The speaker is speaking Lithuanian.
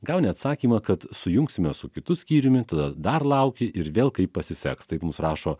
gauni atsakymą kad sujungsime su kitu skyriumi tada dar lauki ir vėl kaip pasiseks taip mums rašo